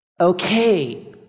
okay